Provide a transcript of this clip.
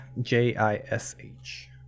J-I-S-H